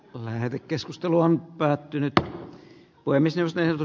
lähetekeskustelu on päättynyt ja olemisen seutu